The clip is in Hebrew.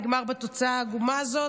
נגמר בתוצאה העגומה הזאת.